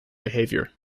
behaviour